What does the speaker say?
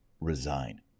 resign